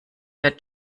der